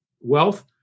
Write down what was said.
wealth